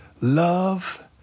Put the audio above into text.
love